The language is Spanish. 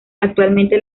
actualmente